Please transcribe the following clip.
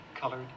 colored